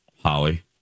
Holly